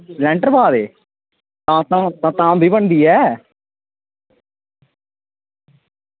आं लैंटर पा दे धाम बी बनदी ऐ